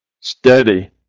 steady